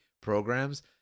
programs